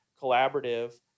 Collaborative